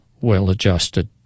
well-adjusted